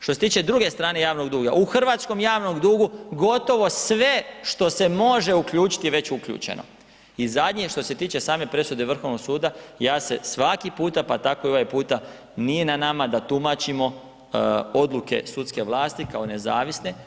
Što se tiče druge strane javnog duga, u hrvatskom javnom dugu gotovo sve što se može uključiti, je već uključeno i zadnje, što se tiče same presude Vrhovnog suda, ja se svaki puta, pa tako i ovaj puta, nije na nama da tumačimo odluke sudske vlasti kao nezavisne.